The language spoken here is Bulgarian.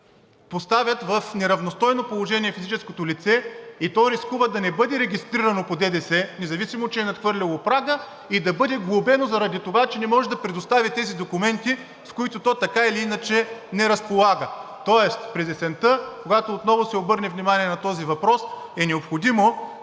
поставят в неравностойно положение физическото лице и рискува да не бъде регистрирано по ДДС, независимо че е надхвърлило прага, и да бъде глобено заради това, че не може да предостави тези документи, с които така или иначе не разполага. Тоест през есента, когато отново се обърне внимание на този въпрос, е необходимо